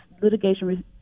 litigation